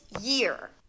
year